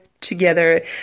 together